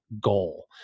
goal